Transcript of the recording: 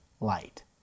light